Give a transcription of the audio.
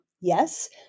yes